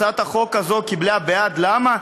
הצעת החוק הזאת קיבלה בעד, למה?